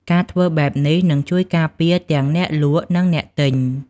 ការធ្វើបែបនេះនឹងជួយការពារទាំងអ្នកលក់និងអ្នកទិញ។